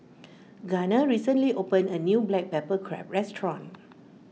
Garner recently opened a new Black Pepper Crab restaurant